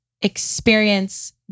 experience